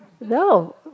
no